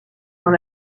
dans